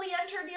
entered